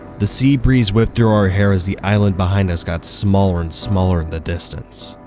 the sea breeze whipped through our hair as the island behind us got smaller and smaller in the distance.